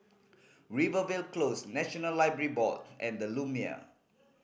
Rivervale Close National Library Board and The Lumiere